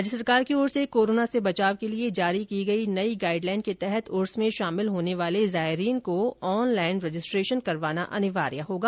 राज्य सरकार की ओर से कोरोना से बचाव के लिए जारी की गई नई गाइड लाइन के तहत उर्स में शामिल होने वाले जायरीन को ऑनलाइन रजिस्ट्रेशन करवाना अनिवार्य होगा